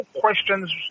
questions